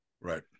Right